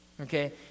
Okay